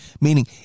meaning